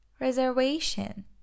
Reservation